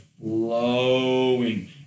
flowing